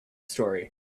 story